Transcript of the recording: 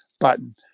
button